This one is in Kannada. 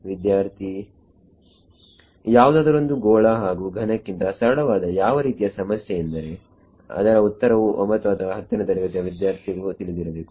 ವಿದ್ಯಾರ್ಥಿ ಯಾವುದಾದರೊಂದು ಗೋಳ ಹಾಗು ಘನಕ್ಕಿಂತ ಸರಳವಾದಯಾವ ರೀತಿಯ ಸಮಸ್ಯೆ ಎಂದರೆ ಅದರ ಉತ್ತರವು 9 ಅಥವಾ 10 ನೇ ತರಗತಿಯ ವಿದ್ಯಾರ್ಥಿಗೂ ತಿಳಿದಿರಬೇಕು